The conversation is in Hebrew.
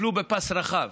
טיפלו בפס רחב.